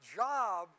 job